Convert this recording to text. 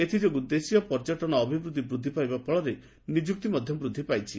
ଏଥିଯୋଗୁଁ ଦେଶୀୟ ପର୍ଯ୍ୟଟନ ଅଭିବୃଦ୍ଧି ବୃଦ୍ଧି ପାଇବା ଫଳରେ ନିଯୁକ୍ତି ମଧ୍ୟ ବୃଦ୍ଧି ପାଇଛି